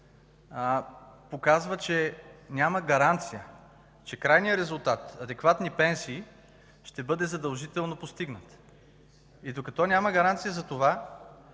показва, че няма гаранция, че крайният резултат – адекватни пенсии, ще бъде задължително постигнат. Докато няма гаранции за това